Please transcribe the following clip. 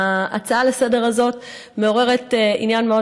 ההצעה לסדר-היום הזאת מעוררת עניין מאוד